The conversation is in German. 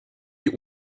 die